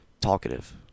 talkative